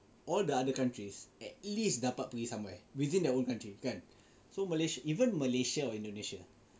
all the other countries at least dapat pergi somewhere within their own country kan so Malaysia even Malaysia or Indonesia